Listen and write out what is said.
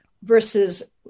Versus